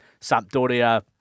Sampdoria